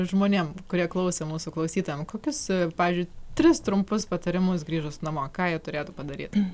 žmonėm kurie klausė mūsų klausytojam kokius pavyzdžiui tris trumpus patarimus grįžus namo ką jie turėtų padaryt